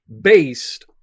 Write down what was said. based